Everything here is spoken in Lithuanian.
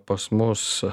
pas mus